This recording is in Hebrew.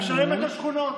משלמת על שכונות.